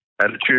attitude